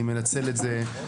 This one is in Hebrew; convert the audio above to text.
אני מנצל את זה.